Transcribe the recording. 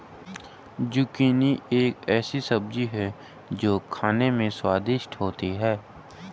zucchini एक ऐसी सब्जी है जो खाने में स्वादिष्ट होती है